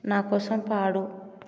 నాకోసం పాడు